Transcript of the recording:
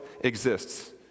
exists